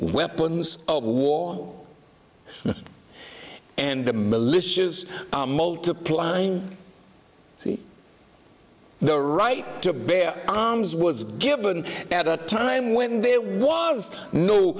weapons of war and the militias are multiplying the right to bear arms was given at a time when there was no